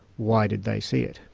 why did they see it?